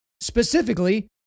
specifically